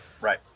right